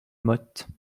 motte